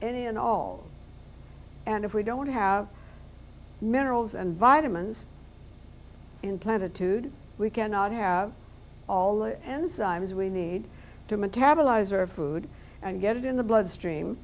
and all and if we don't have minerals and vitamins implanted tud we cannot have all the enzymes we need to metabolize or food and get it in the bloodstream